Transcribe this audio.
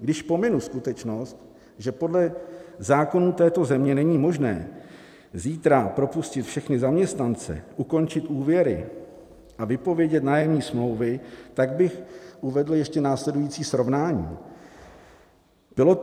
Když pominu skutečnost, že podle zákonů této země není možné zítra propustit všechny zaměstnance, ukončit úvěry a vypovědět nájemní smlouvy, tak bych uvedl ještě následující srovnání.